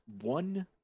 one